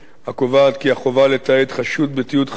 הקובעת כי החובה לתעד חשוד בתיעוד חזותי